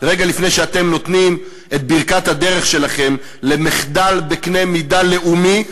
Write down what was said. רגע לפני שאתם נותנים את ברכת הדרך שלכם למחדל בקנה מידה לאומי,